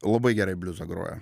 labai gerai bliuzą groja